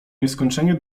nieskończenie